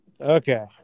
Okay